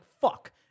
fuck